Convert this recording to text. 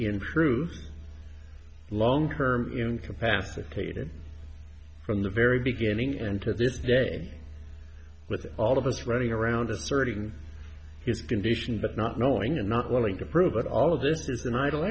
in truth long term incapacitated from the very beginning and to this day with all of us running around asserting his condition but not knowing and not willing to prove it all of this is an idle